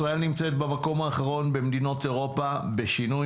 ישראל נמצאת במקום האחרון במדינות אירופה בשינוי